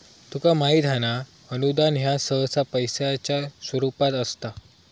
तुका माहित हां ना, अनुदान ह्या सहसा पैशाच्या स्वरूपात असता